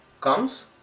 comes